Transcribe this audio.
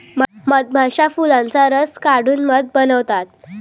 मधमाश्या फुलांचा रस काढून मध बनवतात